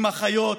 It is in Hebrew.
עם אחיות,